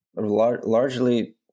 largely